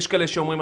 יש כאלה שאומרים,